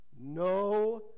no